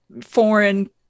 foreign